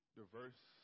diverse